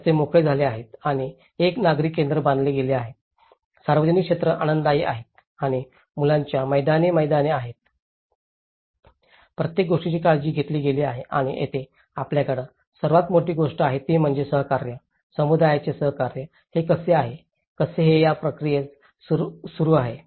रस्ते मोकळे झाले आहेत आणि एक नागरी केंद्र बांधले गेले आहे सार्वजनिक क्षेत्रे आनंददायी आहेत आणि मुलांच्या मैदानाची मैदाने आहेत प्रत्येक गोष्टीची काळजी घेतली गेली आहे आणि येथेच आपल्याकडे सर्वात मोठी गोष्ट आहे ती म्हणजे सहकार्य समुदायाचे सहकार्य हे कसे आहे कसे हे या प्रक्रियेत सुरू आहे